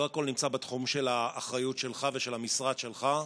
לא הכול נמצא בתחום האחריות שלך ושל המשרד שלך.